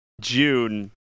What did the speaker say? June